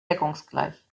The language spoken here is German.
deckungsgleich